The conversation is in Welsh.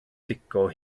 dico